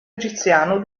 egiziano